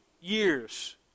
years